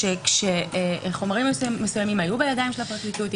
שכשחומרים מסוימים היו בידיים של הפרקליטות,